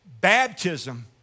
Baptism